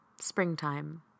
springtime